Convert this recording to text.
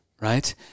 right